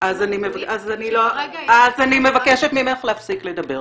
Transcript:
שכרגע --- אז אני מבקשת ממך להפסיק לדבר,